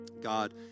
God